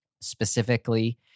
specifically